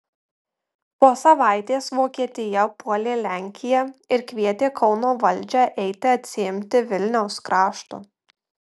po savaitės vokietija puolė lenkiją ir kvietė kauno valdžią eiti atsiimti vilniaus krašto